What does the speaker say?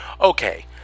Okay